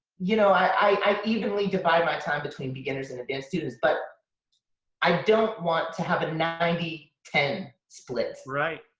you know i evenly divide my time between beginners and advanced students, but i don't want to have a ninety, ten split. right.